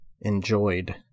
enjoyed